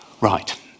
Right